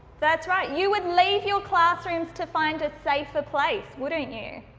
that's right, you would leave your classrooms to find a safer place, wouldn't you?